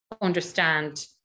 understand